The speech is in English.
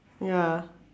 ya